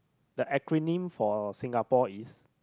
the acronym for Singapore is